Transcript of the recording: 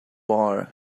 bar